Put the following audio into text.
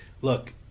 Look